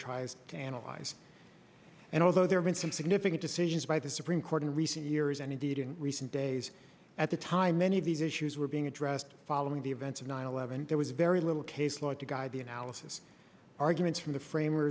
tries to analyze and although there's been some significant decisions by the supreme court in recent years and indeed in recent days at the time many of these issues were being addressed following the events of nine eleven there was very little case law to guide the analysis arguments from the frame